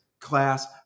class